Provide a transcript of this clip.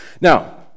Now